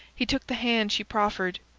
he took the hand she proffered.